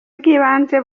bw’ibanze